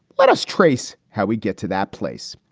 let us trace how we get to that place.